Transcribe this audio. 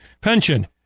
pension